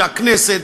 שהכנסת,